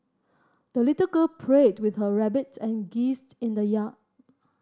the little girl played with her rabbit and geese in the yard